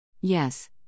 Yes